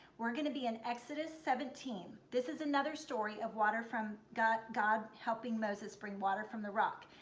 we're going to be in exodus seventeen. this is another story of water from god, god helping moses bring water from the rock.